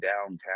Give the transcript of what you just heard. downtown